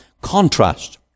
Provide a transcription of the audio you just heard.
contrast